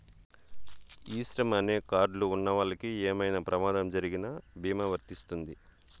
ఈ శ్రమ్ అనే కార్డ్ లు ఉన్నవాళ్ళకి ఏమైనా ప్రమాదం జరిగిన భీమా వర్తిస్తుంది